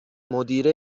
مدیره